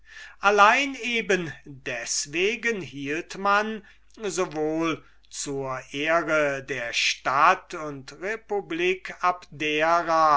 allein eben deswegen hielt man sowohl zur ehre der stadt und republik abdera